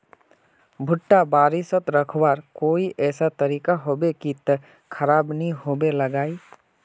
भुट्टा बारित रखवार कोई ऐसा तरीका होबे की खराब नि होबे लगाई?